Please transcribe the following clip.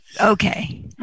Okay